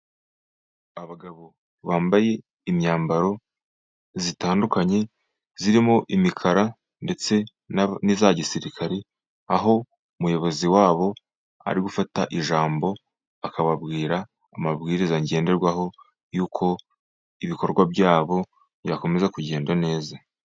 Abagabo bambaye imyambaro itandukanye, irimo imikara ndetse n'iza gisirikare. Aho umuyobozi wabo ari gufata ijambo, akababwira amabwiriza ngenderwaho y'uko ibikorwa byabo byakomeza kugenda neza.